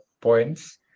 points